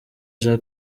jean